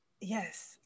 Yes